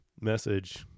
message